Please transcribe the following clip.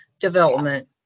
development